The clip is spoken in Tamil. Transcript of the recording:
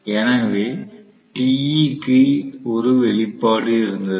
எனவே Te க்கு ஒரு வெளிப்பாடு இருந்தது